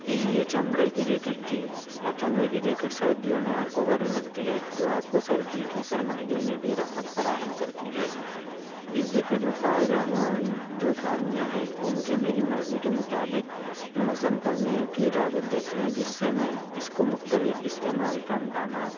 یہ چمڑے کی جیکٹ تھی اور چمڑے کی جیکٹ سردیوں میں آپ کو گرم رکھتی ہے جو آپ کو سردی کی سرمائیوں میں بھی راحت فراہم کرتی ہے اس جیکٹ میں پائے جانے والی جو دھارنیاں ہیں وہ مجھے میری مرضی کے مطابق منظم کرنے کی اجازت دیتی ہیں جس سے میں اس کو مختلف استعمال کے امکانات